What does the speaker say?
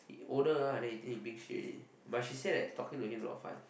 older lah then you think you big shit already but she said that talking to him not fun